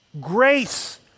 grace